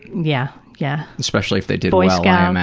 yeah, yeah. especially if they did well, yeah yeah um i